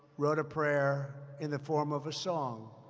wrote a prayer in the form of a song.